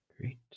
Great